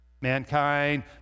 Mankind